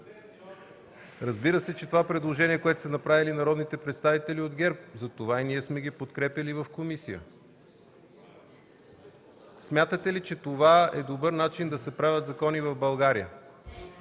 Разбира се, че това предложение, което са направили народните представители от ГЕРБ! Затова и сме ги подкрепили в комисията. Смятате ли, че това е добър начин да се правят закони в България?